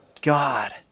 God